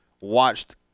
watched